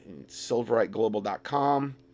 Silveriteglobal.com